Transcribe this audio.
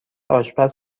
آشپز